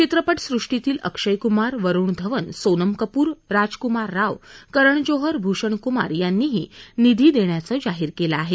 चित्रपटसृष्टीतील अक्षय कुमार वरुण धवन सोनम कपूर राजकुमार राव करण जोहर भूषण कुमार यांनीही निधी देण्याचं जाहीर केलं आहे